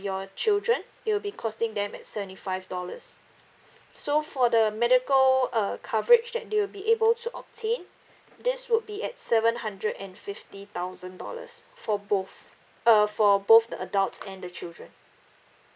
your children it'll be costing them at seventy five dollars so for the medical uh coverage that they will be able to obtain this would be at seven hundred and fifty thousand dollars for both uh for both the adults and the children